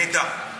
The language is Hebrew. נהדר.